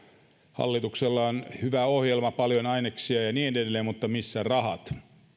hallituksella on hyvä ohjelma paljon aineksia ja niin edelleen mutta missä rahat